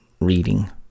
reading